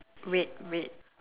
red red